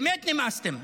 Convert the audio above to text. באמת נמאסתם.